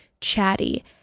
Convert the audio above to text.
chatty